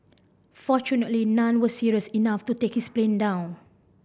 fortunately none were serious enough to take his plane down